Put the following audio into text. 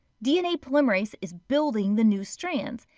dna polymerase is building the new strands.